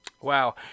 Wow